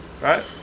Right